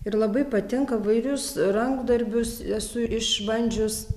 ir labai patinka įvairius rankdarbius esu išbandžius